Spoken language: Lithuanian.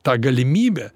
tą galimybę